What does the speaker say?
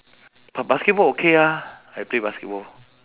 but basketball okay ah I play basketball